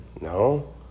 No